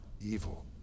evil